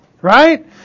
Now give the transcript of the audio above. Right